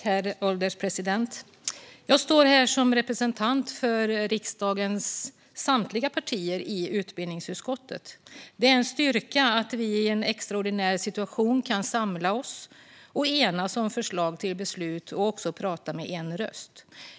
Herr ålderspresident! Jag står här som representant för riksdagens samtliga partier i utbildningsutskottet. Det är en styrka att vi i en extraordinär situation kan samla oss och enas om förslag till beslut och även tala med en röst.